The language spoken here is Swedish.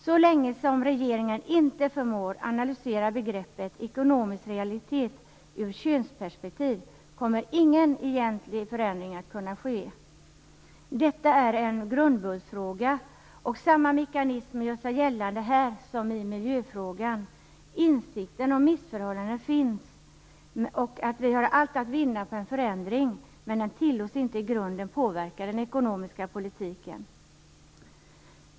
Så länge regeringen inte förmår analysera begreppet ekonomisk realitet ur könsperspektiv kommer ingen egentlig förändring att kunna ske. Detta är en grundbultsfråga, och samma mekanismer gör sig gällande här som i miljöfrågan. Det finns en insikt om att misshållanden existerar och om att vi har allt att vinna på en förändring, men den insikten tillåts inte i grunden påverka den ekonomiska politiken.